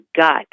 gut